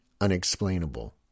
unexplainable